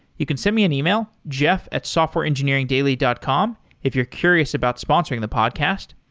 you can send me an email, jeff at softwareengineeringdaily dot com if you're curious about sponsoring the podcast.